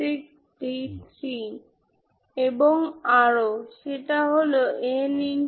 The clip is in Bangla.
প্রকৃতপক্ষে 1 ছোট তাই a হল 1 b কেবল একটি 1